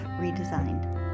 redesigned